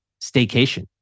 staycation